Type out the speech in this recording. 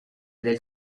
del